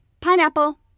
pineapple